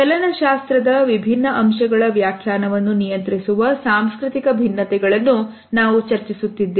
ಚಲನಶಾಸ್ತ್ರದ ವಿಭಿನ್ನ ಅಂಶಗಳ ವ್ಯಾಖ್ಯಾನವನ್ನು ನಿಯಂತ್ರಿಸುವ ಸಾಂಸ್ಕೃತಿಕ ಭಿನ್ನತೆಗಳನ್ನು ನಾವು ಚರ್ಚಿಸುತ್ತಿದ್ದೇವೆ